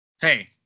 Hey